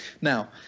Now